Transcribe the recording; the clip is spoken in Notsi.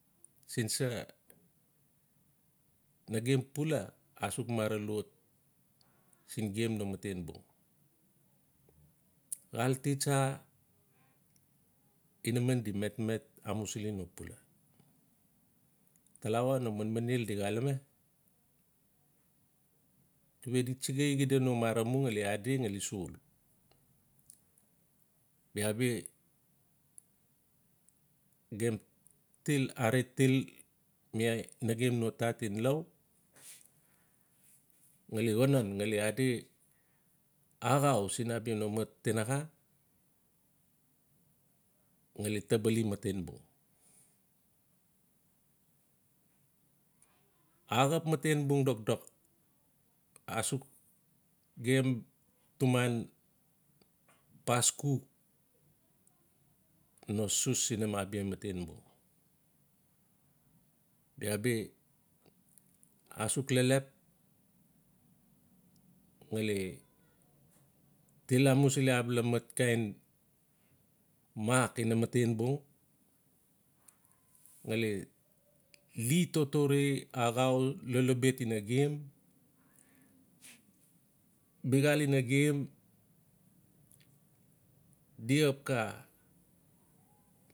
Siin sa?'Nagem pula asuk mara luot. siin gem no matenbung.'Xaal ti tsa inaman di metmet amusili pula. Talawa no manmanel di xalame di we di tsigai xida no mara mu ngali adi ngali sol. Biabi gem til. aare til mi nagem no tat ngen iau ngali xonon ngali adi axau siin abia no ma tinaxa ngali tabali matenbung. Axap matenbung dokdok sauk. gem tuman pasxuk no sus ina abia matenbung. Bia bi asuk leplep ngali til amusili abala matkain mak ina matenbung ngali li totore axau lolobet ina gem. biaxal ina di xap xa.